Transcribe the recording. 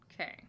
okay